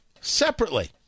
separately